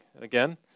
again